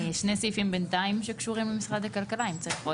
בינתיים, שני סעיפים שקשורים למשרד הכלכלה.